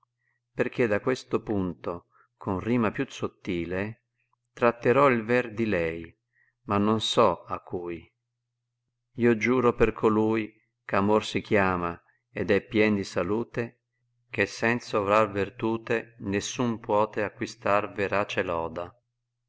perchè da questo punto con rima più sottile tratterò il ver di lei ma non so a cui giuro per colui ch amor si chiama ed è pien di salate che senza ovrar vertute nessun puote acquistar verace loda